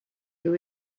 who